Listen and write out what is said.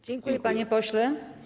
Dziękuję, panie pośle.